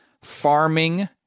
farming